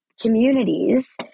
communities